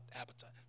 appetite